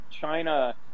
China